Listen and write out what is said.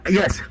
yes